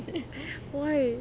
why